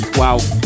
wow